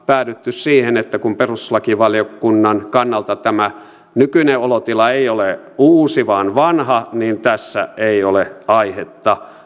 päädytty siihen että kun perustuslakivaliokunnan kannalta tämä nykyinen olotila ei ole uusi vaan vanha niin tässä ei ole aihetta